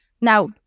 Now